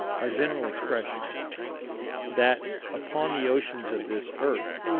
our general expression that, upon the oceans of this earth,